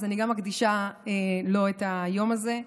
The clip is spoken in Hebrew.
אז אני מקדישה גם לו את היום הזה.